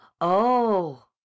Oh